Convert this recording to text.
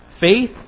faith